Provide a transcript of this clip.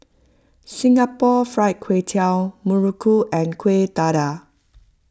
Singapore Fried Kway Tiao Muruku and Kuih Dadar